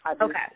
Okay